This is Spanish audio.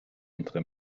entre